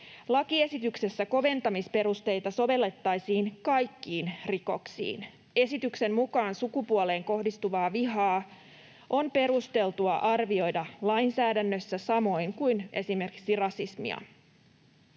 Lakiesityksessä koventamisperusteita sovellettaisiin kaikkiin rikoksiin. Esityksen mukaan sukupuoleen kohdistuvaa vihaa on perusteltua arvioida lainsäädännössä samoin kuin esimerkiksi rasismia.